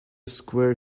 square